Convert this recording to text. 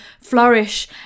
flourish